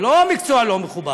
זה לא מקצוע לא מכובד.